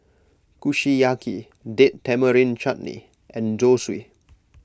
Kushiyaki Date Tamarind Chutney and Zosui